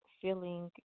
feeling